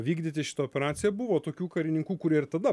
vykdyti šitą operaciją buvo tokių karininkų kurie ir tada